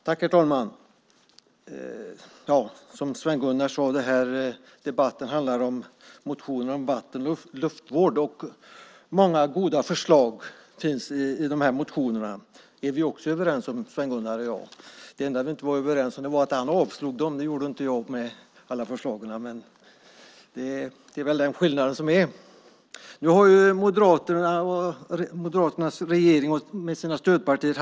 Herr talman! Som Sven Gunnar Persson sade handlar den här debatten om motioner om vatten och luftvård. Det finns många goda förslag i motionerna. Det är vi också överens om, Sven Gunnar och jag. Det enda vi inte var överens om var att han avstyrkte dem. Det gör inte jag med alla förslag. Men det är väl den skillnad som finns. Nu har halva mandatperioden gått för Moderaternas regering med sina stödpartier.